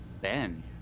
Ben